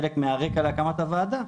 חלק מהרקע להקמת הוועדה,